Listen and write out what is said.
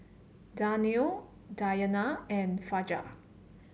Danial Dayana and Fajar